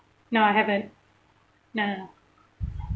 no I haven't no no no